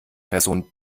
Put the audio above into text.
person